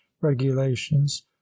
regulations